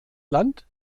land